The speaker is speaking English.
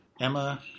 Emma